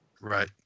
Right